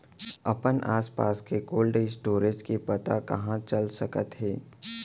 अपन आसपास के कोल्ड स्टोरेज के पता कहाँ चल सकत हे?